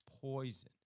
poison